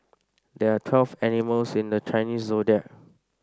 there are twelve animals in the Chinese Zodiac